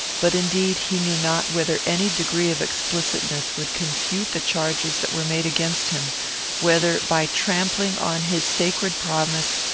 but, indeed, he knew not whether any degree of explicitness would confute the charges that were made against him whether, by trampling on his sacred promise,